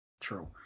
true